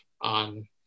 on